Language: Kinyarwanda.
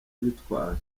gitwaza